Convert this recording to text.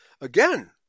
Again